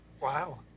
Wow